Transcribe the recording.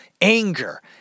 Anger